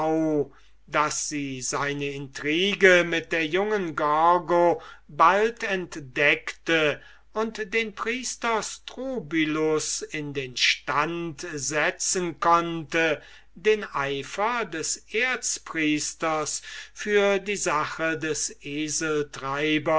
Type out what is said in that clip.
daß sie seine intrigue mit der jungen gorgo gar bald entdeckte und den priester strobylus in den stand setzen konnte den eifer des erzpriesters für die sache des